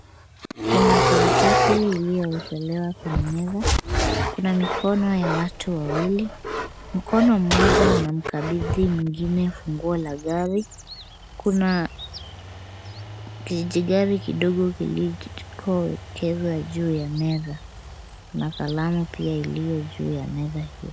Kuna karatasi iliyoekelewa juu ya meza. Kuna mikono ya watu wawili, mkono mmoja unamkabidhi mwingine ufunguo wa gari . Kuna kijigari kidogo kilicho cheza juu ya meza na kalamu pia iliyo juu ya meza hii.